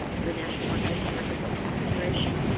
the national archives and records administration,